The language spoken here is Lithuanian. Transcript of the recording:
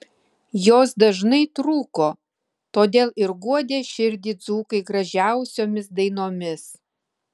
jos dažnai trūko todėl ir guodė širdį dzūkai gražiausiomis dainomis